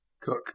cook